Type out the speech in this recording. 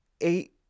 eight